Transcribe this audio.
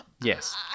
yes